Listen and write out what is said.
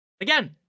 Again